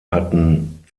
hatten